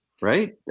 right